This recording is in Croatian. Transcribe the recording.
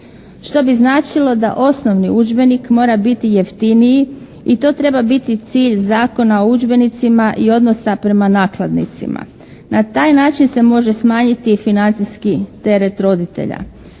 što bi značilo da osnovni udžbenik mora biti jeftiniji i to treba biti cilj Zakona o udžbenicima i odnosa prema nakladnicima. Na taj način se može smanjiti i financijski teret roditelja.